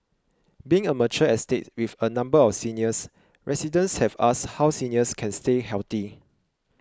being a mature estate with a number of seniors residents have asked how seniors can stay healthy